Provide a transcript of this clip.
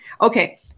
okay